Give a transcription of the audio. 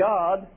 God